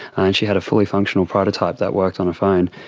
and she had a fully functional prototype that worked on a phone.